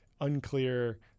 unclear